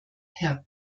herr